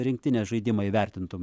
rinktinės žaidimą įvertintum